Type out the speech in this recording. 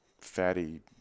fatty